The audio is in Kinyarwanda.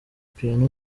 piano